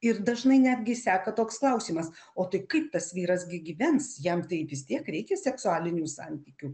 ir dažnai netgi seka toks klausimas o tai kaip tas vyras gi gyvens jam tai vis tiek reikia seksualinių santykių